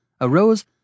arose